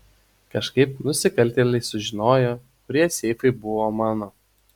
kažkaip nusikaltėliai sužinojo kurie seifai buvo mano